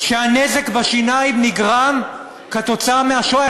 שהנזק בשיניים נגרם כתוצאה מהשואה.